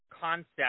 concept